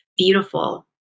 beautiful